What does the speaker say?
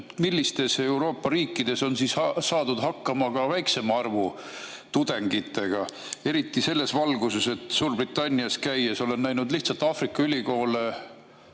millistes Euroopa riikides on saadud hakkama ka väiksema arvu tudengitega? Eriti selles valguses, et Suurbritannias käies olen näinud Suurbritannia pinnal